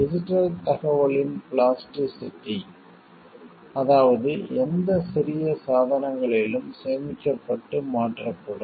digital தகவலின் plasticity அதாவது எந்த சிறிய சாதனங்களிலும் சேமிக்கப்பட்டு மாற்றப்படும்